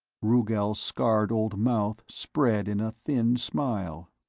rugel's scarred old mouth spread in a thin smile.